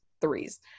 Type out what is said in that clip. threes